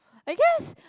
I guess